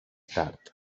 tard